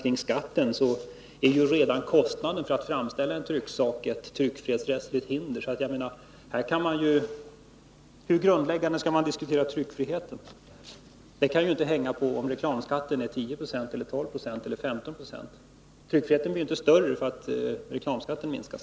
jag säga att redan kostnaden för att framställa en trycksak är ett tryckfrihetsrättsligt hinder. Frågan är hur grundläggande man skall diskutera tryckfriheten. Avgörande kan inte vara om reklamskatten är 10, 12 eller 15 20. Tryckfriheten blir inte större därför att reklamskatten minskas.